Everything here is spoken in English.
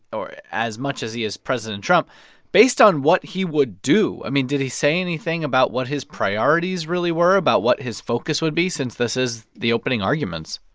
or as much as he is president trump based on what he would do. i mean, did he say anything about what his priorities really were, about what his focus would be since this is the opening arguments?